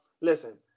listen